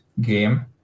game